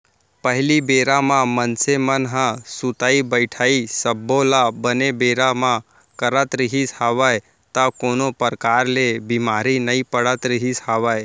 पहिली बेरा म मनसे मन ह सुतई बइठई सब्बो ल बने बेरा म करत रिहिस हवय त कोनो परकार ले बीमार नइ पड़त रिहिस हवय